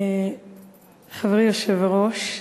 חברי היושב-ראש,